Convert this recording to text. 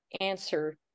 answer